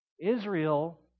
Israel